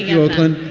brooklyn